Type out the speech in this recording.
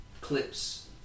clips